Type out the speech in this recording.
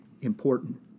important